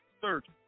surgery